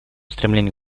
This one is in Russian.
стремление